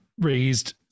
raised